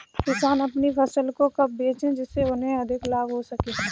किसान अपनी फसल को कब बेचे जिसे उन्हें अधिक लाभ हो सके?